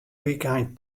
wykein